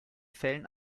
fällen